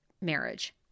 marriage